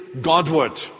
Godward